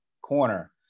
corner